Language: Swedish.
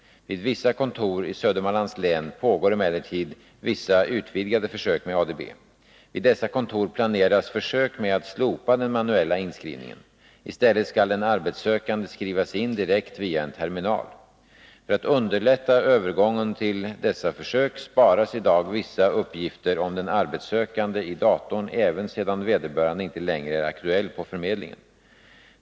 Vid vissa kontor i Södermanlands län pågår emellertid vissa utvidgade försök med ADB. Vid dessa kontor planeras försök med att slopa den manuella inskrivningen. I stället skall den arbetssökande skrivas in direkt via en terminal. För att underlätta övergången till dessa försök sparas i dag vissa uppgifter om den arbetssökande i datorn, även sedan vederbörande inte längre är aktuell på förmedlingen.